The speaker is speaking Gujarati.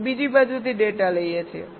આપણે બીજી બાજુથી ડેટા લઈએ છીએ